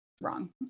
wrong